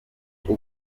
uko